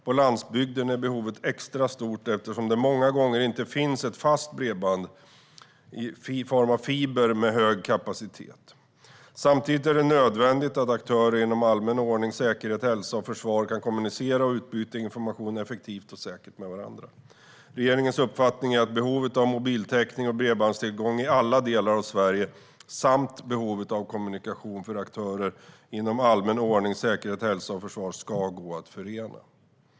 På landsbygden är behovet extra stort eftersom det många gånger inte finns fast bredband i form av fiber med hög kapacitet. Samtidigt är det nödvändigt att aktörer inom allmän ordning, säkerhet, hälsa och försvar kan kommunicera och utbyta information effektivt och säkert med varandra. Regeringens uppfattning är att behovet av mobiltäckning och bredbandstillgång i alla delar av Sverige samt behovet av kommunikation för aktörer inom allmän ordning, säkerhet, hälsa och försvar ska gå att förena.